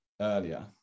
earlier